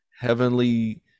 heavenly